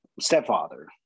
stepfather